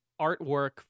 artwork